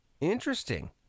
Interesting